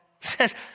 says